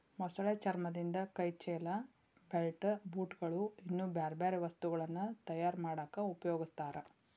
ಮೊಸಳೆ ಚರ್ಮದಿಂದ ಕೈ ಚೇಲ, ಬೆಲ್ಟ್, ಬೂಟ್ ಗಳು, ಇನ್ನೂ ಬ್ಯಾರ್ಬ್ಯಾರೇ ವಸ್ತುಗಳನ್ನ ತಯಾರ್ ಮಾಡಾಕ ಉಪಯೊಗಸ್ತಾರ